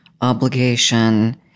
obligation